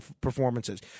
performances